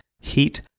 heat